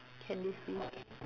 can this be